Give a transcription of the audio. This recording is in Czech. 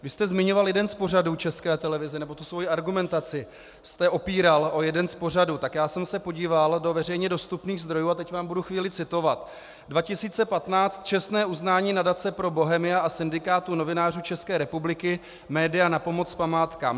Vy jste zmiňoval jeden z pořadů České televize, nebo tu svoji argumentaci jste opíral o jeden z pořadů, tak já jsem se podíval do veřejně dostupných zdrojů a teď budu chvíli citovat: 2015 čestné uznání nadace Pro Bohemia a Syndikátu novinářů České republiky Média na pomoc památkám;